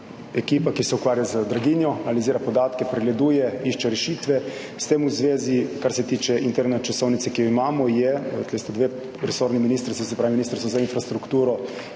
ekipa, ki se ukvarja z draginjo, analizira podatke, pregleduje, išče rešitve, s tem v zvezi, kar se tiče interne časovnice, ki jo imamo, je, tu sta dve prisotni ministrstvi, se pravi Ministrstvo za infrastrukturo